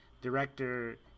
director